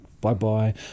Bye-bye